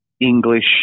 English